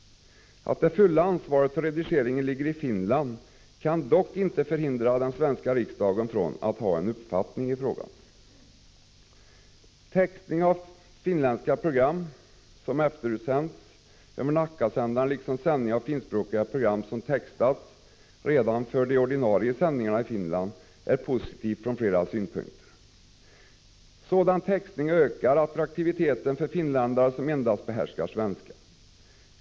Att det fulla ansvaret för redigeringen ligger i Finland kan dock inte förhindra den svenska riksdagen att ha en uppfattning i frågan. Textning av finskspråkiga program som efterutsänds över Nackasändaren, liksom sändning av finskspråkiga program som textats redan för de ordinarie sändningarna i Finland, är positivt från flera synpunkter. Sådan textning ökar attraktiviteten för finländare som endast behärskar svenska.